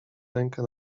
rękę